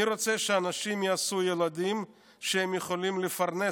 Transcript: אני רוצה שאנשים יעשו ילדים שהם יכולים לפרנס.